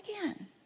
again